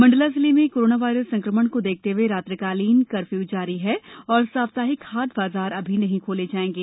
मण्डला जिले में corona virus संकमण को देखते हुए रात्रिकालीन कर्फ्यू जारी है और साप्ताहिक हाट बाजार अभी नहीं खोले जायेंगे